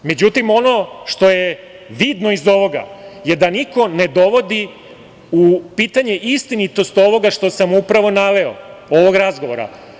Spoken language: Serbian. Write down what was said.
Međutim, ono što je vidno iz ovoga je da niko ne dovodi u pitanje istinitost ovoga što sam upravo naveo, ovog razgovora.